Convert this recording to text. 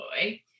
boy